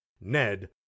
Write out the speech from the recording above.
Ned